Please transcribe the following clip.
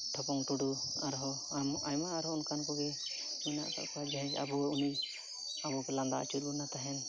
ᱴᱷᱚᱯᱚᱝ ᱴᱩᱰᱩ ᱟᱨᱦᱚᱸ ᱟᱭᱢᱟ ᱟᱭᱢᱟ ᱟᱨᱦᱚᱸ ᱚᱱᱠᱟᱱ ᱠᱚᱜᱮ ᱢᱮᱱᱟᱜ ᱟᱠᱟᱫ ᱠᱚᱣᱟ ᱡᱟᱦᱟᱭ ᱜᱮ ᱟᱵᱚ ᱩᱱᱤ ᱟᱵᱚ ᱠᱚᱭ ᱞᱟᱸᱫᱟ ᱦᱚᱪᱚᱭᱮᱫ ᱵᱚᱱᱟ ᱛᱟᱦᱮᱫ